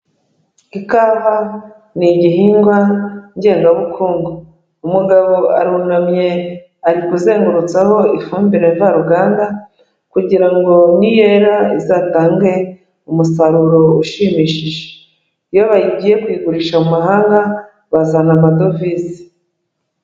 Ikawa ni igihingwa ngengabukungu, umugabo arunamye ari kuzengurutsaho ifumbire mvaruganda, kugira ngo ni yera izatange umusaruro ushimishije, iyo bagiye kuyigurisha mu mahanga bazana amadovize.